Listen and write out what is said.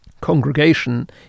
congregation